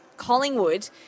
Collingwood